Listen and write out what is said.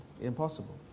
Impossible